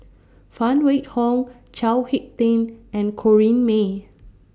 Phan Wait Hong Chao Hick Tin and Corrinne May